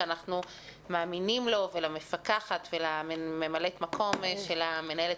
שאנחנו מאמינים למפקחת ולממלאת מקום של מנהלת